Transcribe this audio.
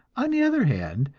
on the other hand,